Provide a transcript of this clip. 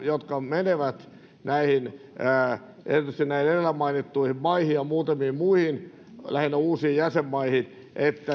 jotka menevät erityisesti näihin edellä mainittuihin maihin ja muutamiin muihin lähinnä uusiin jäsenmaihin